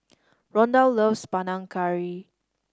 Rondal loves Panang Curry